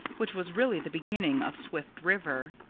which was really the beginning of swift river.